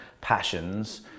passions